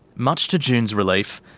much to june's relief,